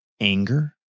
anger